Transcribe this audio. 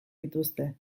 dituzte